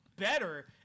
better